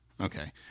Okay